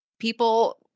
people